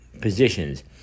positions